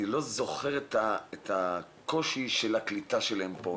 אני לא זוכר את הקושי של הקליטה שלהם פה,